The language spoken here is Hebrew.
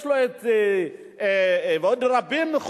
יש לו עוד רבים,